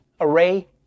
Array